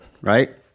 right